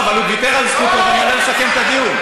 הוא ויתר על זכות הדיבור ואני עולה לסכם את הדיון.